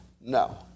No